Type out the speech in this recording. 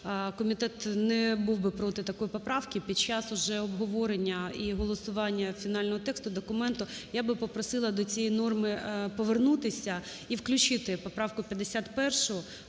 комітет не був би проти такої поправки під час уже обговорення і голосування фінального тексту документу, я би попросила до цієї норми повернутися і включити поправку 51